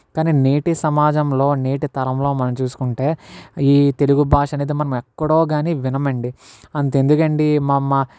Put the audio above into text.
కానీ నేటి సమాజంలో నేటి తరంలో మనం చూసుకుంటే ఈ తెలుగు భాష అనేది మనం ఎక్కడో కానీ వినమండి అంతే ఎందుకు అండి మా అమ్మ